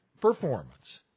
Performance